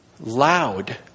loud